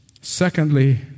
Secondly